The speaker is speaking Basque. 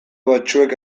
batzuek